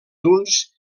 d’uns